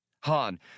Han